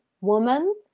woman